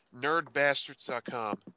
Nerdbastards.com